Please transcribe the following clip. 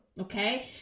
Okay